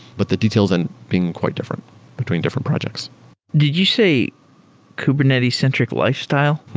but the details and being quite different between different projects did you say kubernetes-centric lifestyle?